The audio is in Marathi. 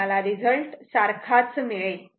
तुम्हाला रिझल्ट सारखाच मिळेल